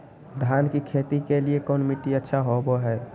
धान की खेती के लिए कौन मिट्टी अच्छा होबो है?